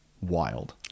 wild